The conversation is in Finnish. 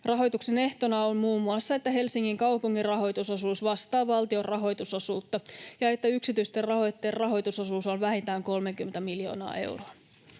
Rahoituksen ehtona on muun muassa, että Helsingin kaupungin rahoitusosuus vastaa valtion rahoitusosuutta ja että yksityisten rahoittajien rahoitusosuus on vähintään 30 miljoonaa euroa.